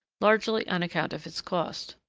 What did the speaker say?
largely on account of its cost.